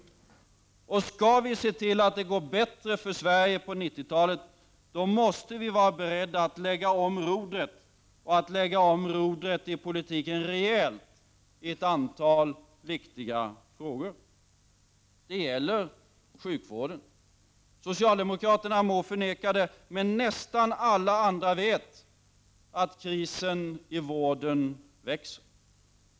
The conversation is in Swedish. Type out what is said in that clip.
Skall vi kunna se till att det går bättre för Sverige på 1990-talet, måste vi vara beredda att lägga om rodret i politiken rejält i ett antal viktiga frågor. Det gäller bl.a. sjukvården. Socialdemokraterna må förneka det, men nästan alla andra vet att krisen i vården växer.